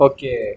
Okay